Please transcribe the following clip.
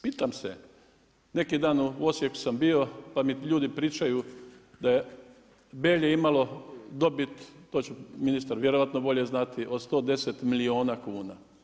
Pitam se, neki dan u Osijeku sam bio, pa mi ljudi pričaju da je Belje imalo dobit, to će ministar vjerojatno znati od 110 milijuna kuna.